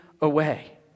away